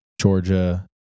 Georgia